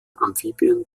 amphibien